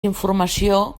informació